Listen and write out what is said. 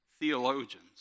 Theologians